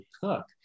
cook